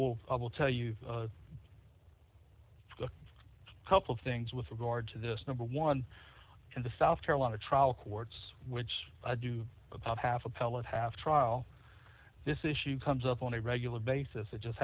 i will tell you a couple things with regard to this number one in the south carolina trial courts which do about half appellate half trial this issue comes up on a regular basis it just